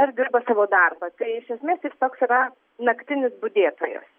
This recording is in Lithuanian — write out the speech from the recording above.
ir dirba savo darbą tai iš esmės jis toks yra naktinis budėtojas